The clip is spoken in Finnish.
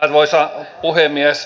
arvoisa puhemies